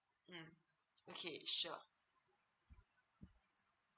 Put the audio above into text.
mm okay sure